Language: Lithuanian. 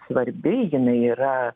svarbi jinai yra